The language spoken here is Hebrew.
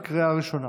התקבלה בקריאה ראשונה